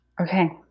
Okay